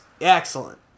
Excellent